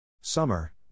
Summer